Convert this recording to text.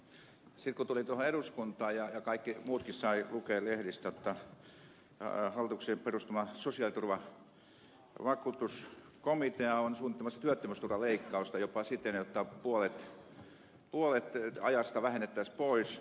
sitten kun tulin eduskuntaan kaikki muutkin saivat lukea lehdistä jotta hallituksen perustama sosiaaliturvavakuutuskomitea on suunnittelemassa työttömyysturvaleikkausta jopa siten jotta puolet ajasta vähennettäisiin pois